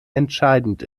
entscheidend